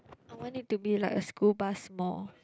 I want it to be like a school bus small